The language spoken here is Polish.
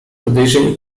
podejrzenie